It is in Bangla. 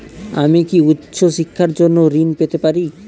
আমি কি উচ্চ শিক্ষার জন্য ঋণ পেতে পারি?